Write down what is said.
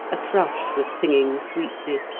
a thrush was singing sweetly,